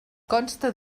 consta